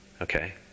Okay